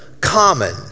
common